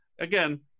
again